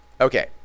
Okay